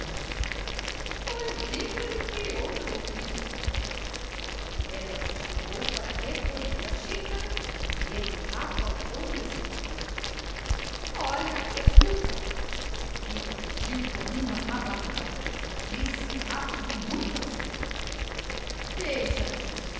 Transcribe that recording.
seus pois diga-lhe que siga outro oficio ela se chegou para recolher a xícara e ele apalpou lhe a cintura olha escuta rita fugiu com uma rabanada e disse rápido muito a sério deixa disso